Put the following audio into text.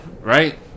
right